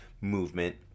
movement